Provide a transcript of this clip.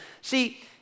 See